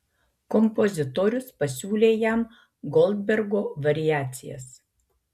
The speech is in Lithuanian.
kompozitorius pasiūlė jam goldbergo variacijas